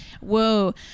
whoa